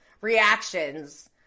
reactions